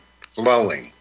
flowing